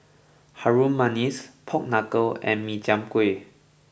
Harum Manis Pork Knuckle and Min Chiang Kueh